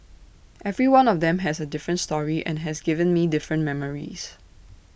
every one of them has A different story and has given me different memories